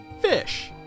Fish